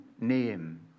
name